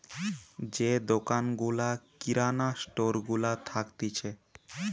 যে দোকান গুলা কিরানা স্টোর গুলা থাকতিছে